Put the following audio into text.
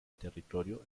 territorio